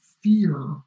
fear